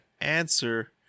answer